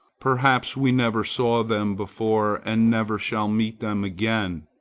perhaps we never saw them before, and never shall meet them again.